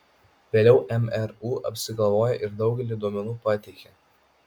vėliau mru apsigalvojo ir daugelį duomenų pateikė